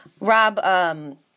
Rob